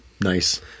nice